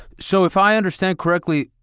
so if i understand correctly,